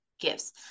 gifts